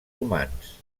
humans